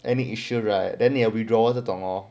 any issue right then you will withdrawal hor 这种